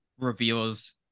reveals